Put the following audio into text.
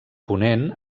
ponent